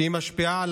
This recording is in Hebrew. שמשפיעה על